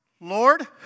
Lord